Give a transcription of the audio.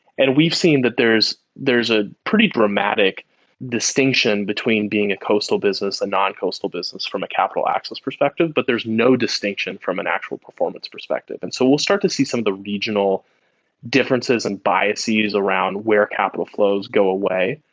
and we've seen that there's there's a pretty dramatic distinction between being a coastal business and non-coastal business from a capital access perspective, but there's no distinction from an actual performance perspective. and so we'll start to see some of the regional differences and biases around where capital flows go away.